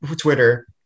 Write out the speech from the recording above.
Twitter